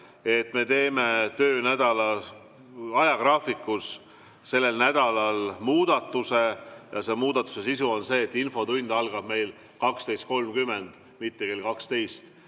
et me teeme töönädala ajagraafikus sellel nädalal muudatuse. Muudatuse sisu on see, et infotund algab meil 12.30, mitte kell 12,